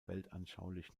weltanschaulich